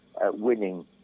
winning